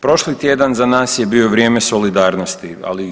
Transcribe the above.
Prošli tjedan za nas je bio vrijeme solidarnosti, ali i tuge.